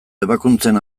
ebakuntzen